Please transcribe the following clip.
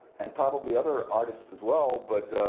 and probably other artists, as well. but